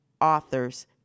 authors